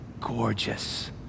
gorgeous